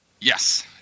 Yes